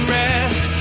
rest